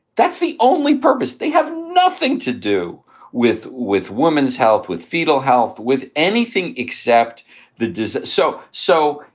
that's the only purpose. they have nothing to do with with woman's health, with fetal health, with anything except the dissent. so. so,